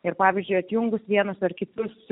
ir pavyzdžiui atjungus vienus ar kitus